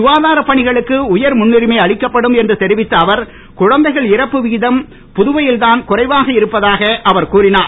சுகாதாரப் பணிகளுக்கு உயர் முன்னுரிமை அளிக்கப்படும் என்று தெரிவித்த அவர் குழந்தைகள் இறப்பு விகிதம் புதுவையில் தான் குறைவாக இருப்பதாக அவர் கூறினார்